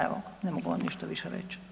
Evo, ne mogu vam ništa više reć.